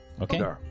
Okay